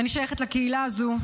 ואני שייכת לקהילה הזו.